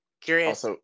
Curious